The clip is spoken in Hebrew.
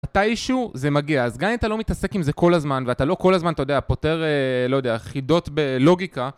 מתישהו זה מגיע, אז גם אם אתה לא מתעסק עם זה כל הזמן ואתה לא כל הזמן, אתה יודע, פותר, לא יודע, חידות בלוגיקה